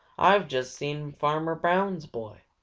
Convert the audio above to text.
i've just seen farmer brown's boy.